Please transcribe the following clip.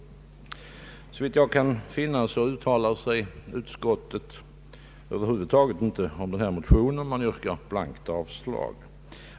Såvitt jag kan finna, uttalar sig utskottet över huvud taget inte om den här motionen utan yrkar blankt avslag.